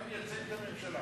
אתה מייצג את הממשלה?